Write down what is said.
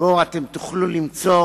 שבו אתם תוכלו למצוא